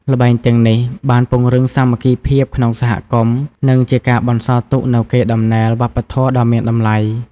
ល្បែងទាំងនេះបានពង្រឹងសាមគ្គីភាពក្នុងសហគមន៍ និងជាការបន្សល់ទុកនូវកេរ្តិ៍ដំណែលវប្បធម៌ដ៏មានតម្លៃ។